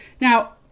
Now